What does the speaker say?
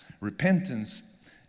Repentance